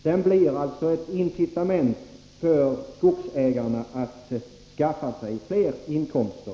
Den blir helt enkelt ett incitament för skogsägarna att skaffa sig mer inkomster.